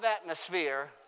atmosphere